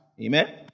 Amen